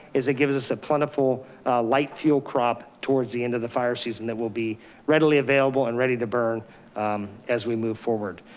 is it gives us a plentiful light fuel crop towards the end of the fire season that will be readily available and ready to burn as we move forward.